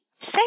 Say